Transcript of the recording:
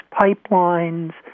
pipelines